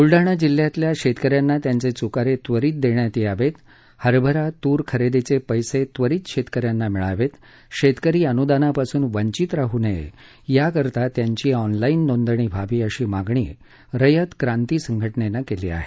बुलडाणा जिल्ह्यातल्या शेतक यांना त्यांचे चुकारे त्वरीत देण्यात यावेत हरभरा तूर खरेदीचे पैसे त्वरीत शेतक यांना मिळावेत शेतकरी अनुदानापासून वंचित राहू नये याकरता त्यांची ऑनलाईन नोंदणी व्हावी अशी मागणी रयत क्रांती संघटनेनं केली आहे